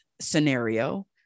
scenario